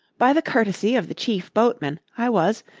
by the courtesy of the chief boatman, i was,